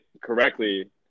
correctly